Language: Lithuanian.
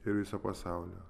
ir viso pasaulio